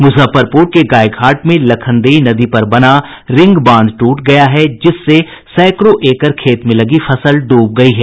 मुजफ्फरपुर के गायघाट में लखनदेई नदी पर बना रिंग बांध ट्रट गया है जिससे सैंकड़ों एकड़ खेत में लगी फसल ड्ब गयी है